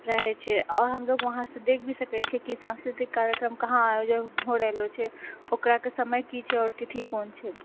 रहै छै आओर हमलोग वहाँ सँ देख भी सकै छियै की सांस्कृतिक कार्यक्रम कहाँ आयोजित हो रहलो छै ओकरा के समय की छै और तिथि कोन छै